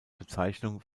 bezeichnung